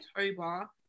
october